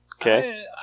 Okay